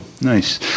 Nice